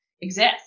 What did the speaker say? exist